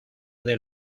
del